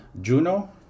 Juno